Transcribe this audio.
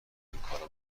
اینکارا